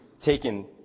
taken